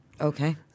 Okay